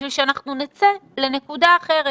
בשביל שאנחנו נצא לנקודה אחרת.